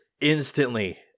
instantly